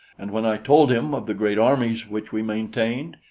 and when i told him of the great armies which we maintained,